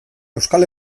euskal